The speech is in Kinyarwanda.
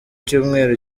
cyumweru